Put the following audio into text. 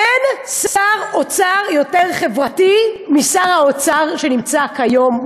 אין שר אוצר יותר חברתי משר האוצר שנמצא כיום,